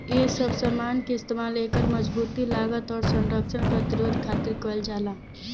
ए सब समान के इस्तमाल एकर मजबूती, लागत, आउर संरक्षण प्रतिरोध खातिर कईल जाला